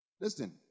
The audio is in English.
Listen